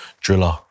driller